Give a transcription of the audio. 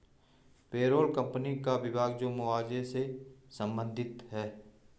payroll company का विभाग जो मुआवजे से संबंधित है